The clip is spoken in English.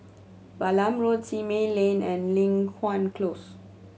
Balam Road Simei Lane and Li Hwan Close